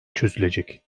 çözülecek